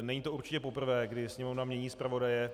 Není to určitě poprvé, kdy Sněmovna mění zpravodaje.